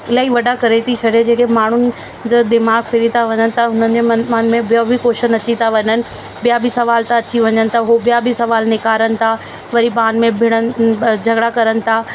इलाही वॾा करे थी छॾे जेके माण्हुनि जो दीमाग़ु फिरी था वञनि त हुननि जे म मन में ॿिया बि कॉशन अची था वञनि ॿिया बि सुवाल अची था वञनि त हो ॿिया बि सुवाल निकारनि था वरी बाद में भिड़न जॻड़ा करण था